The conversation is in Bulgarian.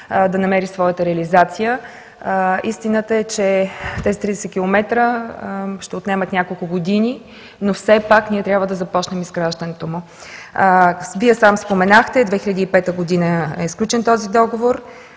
да намери своята реализация. Истината е, че този 30 км ще отнемат няколко години, но все пак ние трябва да започнем изграждането му. Вие сам споменахте, че този договор